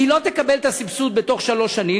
לא תקבל את הסבסוד בתוך שלוש שנים,